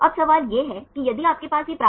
तो CD hit होने के फायदे